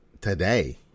today